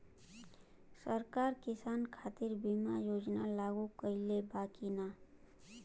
सरकार किसान खातिर बीमा योजना लागू कईले बा की ना?